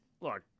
look